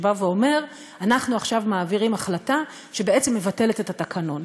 שבא ואומר: אנחנו עכשיו מעבירים החלטה שבעצם מבטלת את התקנון